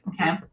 okay